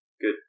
good